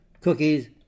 cookies